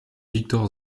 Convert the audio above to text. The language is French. victor